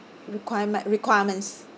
requirement requirements